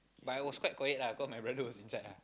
but I was quite quiet lah cause my brother was inside ah